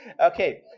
Okay